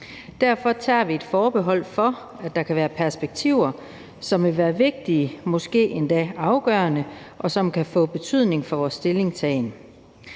Derfor tager vi et forbehold over for, at der kan være perspektiver, som vil være vigtige, måske endda afgørende, og som kan få betydning for vores stillingtagen.